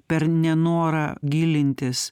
per nenorą gilintis